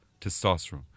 testosterone